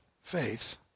faith